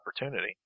opportunity